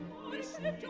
listening.